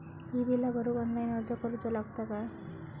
ही बीला भरूक ऑनलाइन अर्ज करूचो लागत काय?